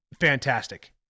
fantastic